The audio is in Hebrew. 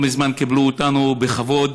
לא מזמן קיבלו אותנו בכבוד.